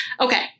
okay